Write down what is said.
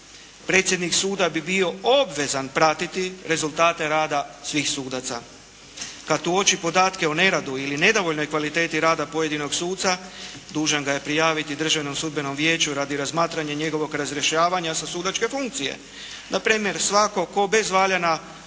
Predsjednik suda bi bio obvezan pratiti rezultate rada svih sudaca. Kad uoči podatke o neradu ili nedovoljnoj kvaliteti rada pojedinog suca dužan ga je prijaviti Državnom sudbenom vijeću radi razmatranja njegovog razrješavanja sa sudačke funkcije. Na primjer, svatko tko bez valjana opravdanja